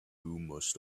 must